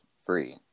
free